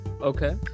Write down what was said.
Okay